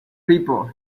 people